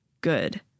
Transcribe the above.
good